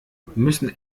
müssen